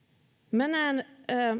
näen